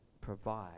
provide